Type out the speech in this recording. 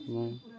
ମୁଁ